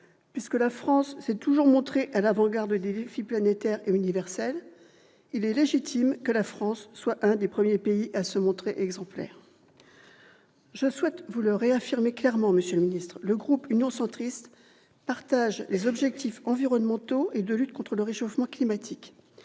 puisque la France s'est toujours montrée à l'avant-garde des défis planétaires et universels, il est légitime que la France soit l'un des premiers pays à se montrer exemplaire. Je souhaite vous le réaffirmer clairement, monsieur le ministre d'État : le groupe Union Centriste partage les objectifs environnementaux et de lutte contre le réchauffement climatique.